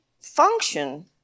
function